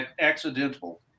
accidental